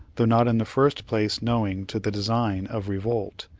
though not in the first place knowing to the design of revolt,